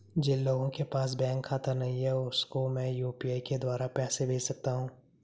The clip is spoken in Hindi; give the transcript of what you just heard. जिन लोगों के पास बैंक खाता नहीं है उसको मैं यू.पी.आई के द्वारा पैसे भेज सकता हूं?